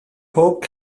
pob